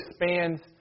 expands